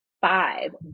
five